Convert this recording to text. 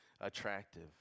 attractive